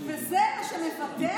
וזה מה שמבטא את רצון העם.